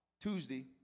Tuesday